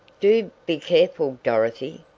do be careful, dorothy.